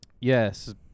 Yes